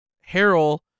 Harold